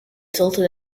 tilted